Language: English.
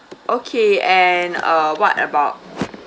okay and uh what about